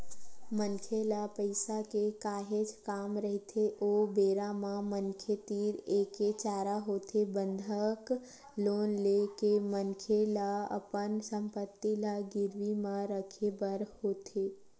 मनखे ल पइसा के काहेच काम रहिथे ओ बेरा म मनखे तीर एके चारा होथे बंधक लोन ले के मनखे ल अपन संपत्ति ल गिरवी म रखे बर होथे